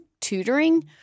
tutoring